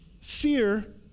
fear